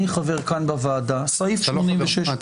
אני חבר כאן בוועדה, סעיף 86(א)